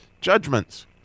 judgments